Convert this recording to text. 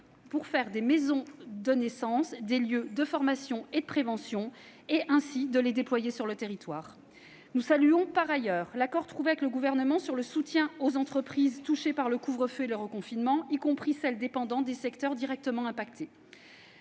à faire des maisons de naissance des lieux de formation et de prévention, et à les déployer sur le territoire. Nous saluons, par ailleurs, l'accord trouvé avec le Gouvernement sur le soutien aux entreprises touchées par le couvre-feu et le reconfinement, en particulier celles qui dépendent de secteurs directement touchés.